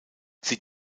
sie